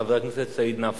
חבר הכנסת סעיד נפאע.